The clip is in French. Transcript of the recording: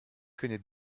connaît